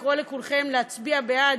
לקרוא לכולכם להצביע בעד.